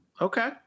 Okay